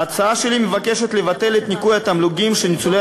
ההצעה שלי מבקשת לבטל את ניכוי התמלוגים שניצולי